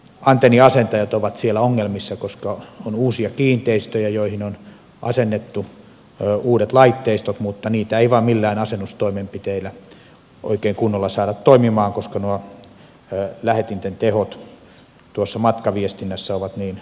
antenniasentajat ovat siellä ongelmissa koska on uusia kiinteistöjä joihin on asennettu uudet laitteistot mutta niitä ei vain millään asennustoimenpiteillä oikein kunnolla saada toimimaan koska lähetinten tehot matkaviestinnässä ovat niin voimakkaita